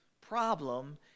problem